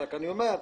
רק אני אומר,